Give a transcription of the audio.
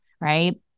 right